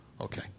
Okay